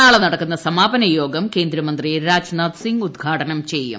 നാളെ നടക്കുന്ന സമാപന യോഗ്ലാ് പ്രക്കേന്ദ്രമന്ത്രി രാജ്നാഥ്സിംഗ് ഉദ്ഘാടനം ചെയ്യും